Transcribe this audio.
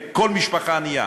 לכל משפחה ענייה,